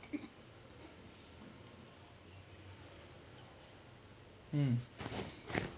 mm